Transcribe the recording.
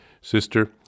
Sister